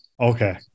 Okay